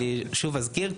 שוב אזכיר,